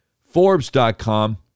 Forbes.com